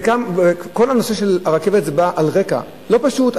כל הנושא של הרכבת בא על רקע לא פשוט,